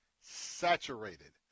saturated